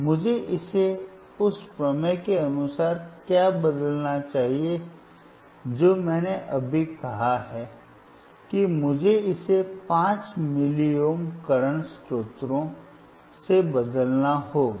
मुझे इसे उस प्रमेय के अनुसार क्या बदलना चाहिए जो मैंने अभी कहा है कि मुझे इसे 5 मिलीओम करंट स्रोतों से बदलना होगा